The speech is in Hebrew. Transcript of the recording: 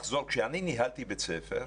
כשאני ניהלתי בית ספר,